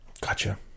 Gotcha